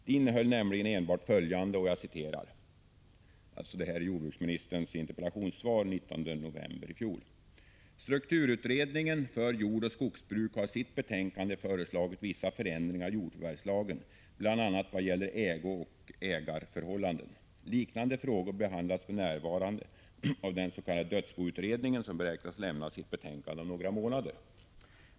Det innehöll nämligen enbart följande: ”Strukturutredningen för jordoch skogsbruk har i sitt betänkande föreslagit vissa ändringar i jordförvärvslagen, bl.a. vad gäller ägooch ägarförhållande. Liknande frågor behandlas för närvarande av den s.k. dödsboutredningen, som beräknas lämna sitt betänkande om några månader.